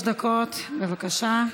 שלוש דקות, בבקשה.